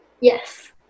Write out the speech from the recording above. yes